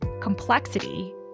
complexity